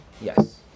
Yes